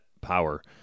power